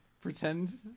pretend